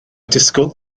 disgwyl